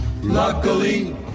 Luckily